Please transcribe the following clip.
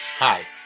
Hi